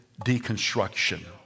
deconstruction